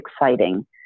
exciting